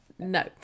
no